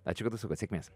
ačiū kad užsukot sėkmės